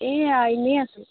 এয়া এনেই আছোঁ